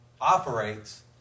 operates